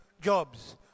jobs